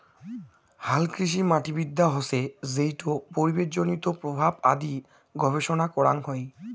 হালকৃষিমাটিবিদ্যা হসে যেইটো পরিবেশজনিত প্রভাব আদি গবেষণা করাং হই